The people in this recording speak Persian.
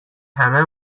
همه